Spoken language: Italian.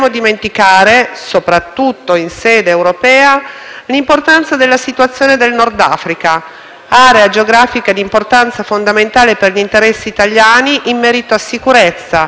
area geografica di importanza fondamentale per gli interessi italiani in merito a sicurezza, immigrazione e approvvigionamento energetico. È nostro dovere, presidente Conte,